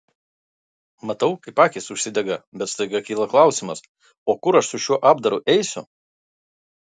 matau kaip akys užsidega bet staiga kyla klausimas o kur aš su šiuo apdaru eisiu